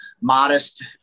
modest